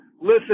listen